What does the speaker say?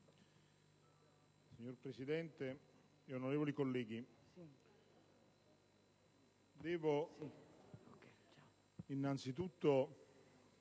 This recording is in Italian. Signora Presidente, onorevoli colleghi, devo anzitutto